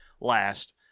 last